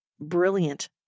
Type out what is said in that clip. Brilliant